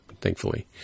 thankfully